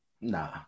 Nah